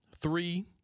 three